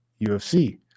ufc